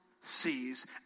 sees